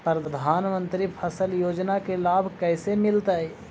प्रधानमंत्री फसल योजना के लाभ कैसे मिलतै?